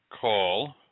call